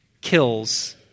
kills